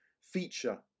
feature